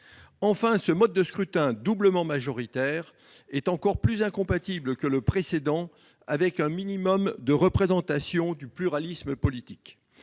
Enfin, ce mode de scrutin doublement majoritaire est encore plus incompatible que le précédent avec un minimum de représentation du pluralisme politique.